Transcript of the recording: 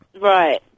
Right